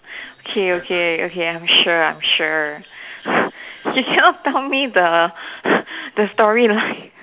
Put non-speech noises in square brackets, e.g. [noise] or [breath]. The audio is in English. [breath] okay okay okay I'm sure I'm sure [breath] you cannot tell me the [breath] the story line